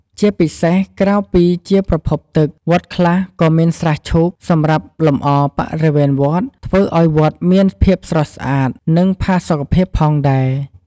ជាពិសេសក្រៅពីជាប្រភពទឹក វត្តខ្លះក៏មាន ស្រះឈូក សម្រាប់លម្អបរិវេណវត្ត ធ្វើឱ្យវត្តមានភាពស្រស់ស្អាត និងផាសុកភាពផងដែរ។